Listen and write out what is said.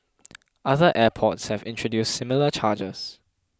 other airports have introduced similar charges